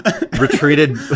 retreated